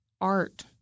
art